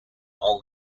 all